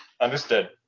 Understood